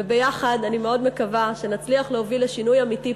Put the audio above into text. וביחד אני מאוד מקווה שנצליח להוביל לשינוי אמיתי פנימה,